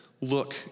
look